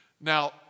Now